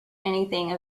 anything